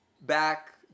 back